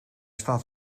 staat